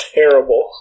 terrible